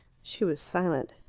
she was silent.